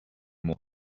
more